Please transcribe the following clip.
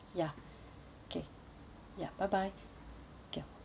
ya okay ya bye bye okay